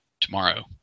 tomorrow